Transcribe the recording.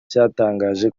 cyatangaje